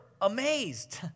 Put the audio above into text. amazed